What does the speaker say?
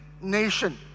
nation